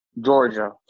Georgia